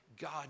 God